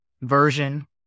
version